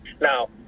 Now